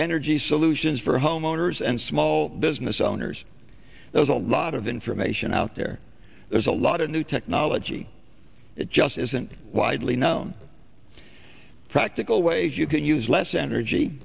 energy solutions for homeowners and small business owners there's a lot of information out there there's a lot of new technology that just isn't widely known practical ways you can use less energy